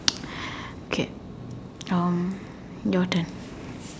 okay um your your turn